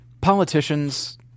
politicians